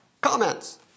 Comments